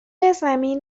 زمین